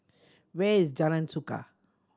where is Jalan Suka